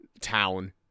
town